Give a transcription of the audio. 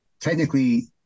Technically